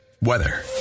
Weather